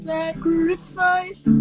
sacrifice